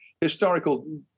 historical